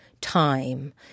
time